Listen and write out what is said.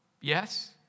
yes